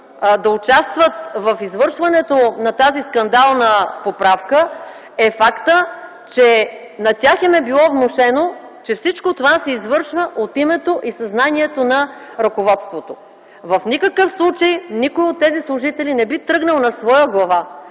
да участват в извършването на тази скандална поправка е фактът, че на тях им е било внушено, че всичко това се извършва от името и със знанието на ръководството. В никакъв случай никой от тези служители не би тръгнал на своя глава